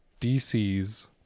DC's